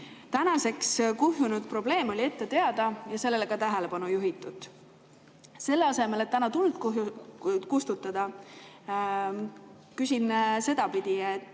Tänaseks kuhjunud probleem oli ette teada ja sellele on ka tähelepanu juhitud. Selle asemel, et täna tuld kustutada – küsin sedapidi